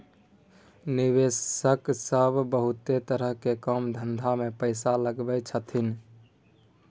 निवेशक सब बहुते तरह के काम धंधा में पैसा लगबै छथिन